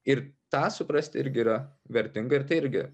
ir tą suprasti irgi yra vertinga ir tai irgi